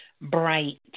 bright